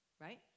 Right